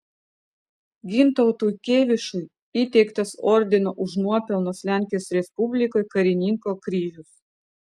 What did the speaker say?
gintautui kėvišui įteiktas ordino už nuopelnus lenkijos respublikai karininko kryžius